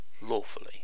lawfully